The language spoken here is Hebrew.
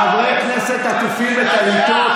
חברי כנסת עטופים בטליתות.